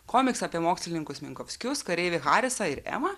komiksą apie mokslininkus minkovskius kareivį harisą ir emą